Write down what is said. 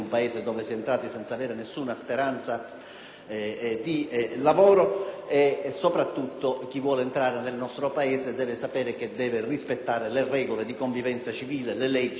lavorare. Chi vuole entrare nel nostro Paese deve sapere che dovrà rispettare le regole di convivenza civile, le leggi di questo Stato ed essere cittadino tra i cittadini,